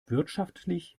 wirtschaftlich